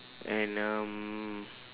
and um